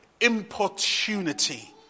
importunity